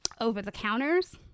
over-the-counters